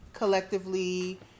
collectively